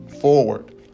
forward